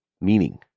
meaning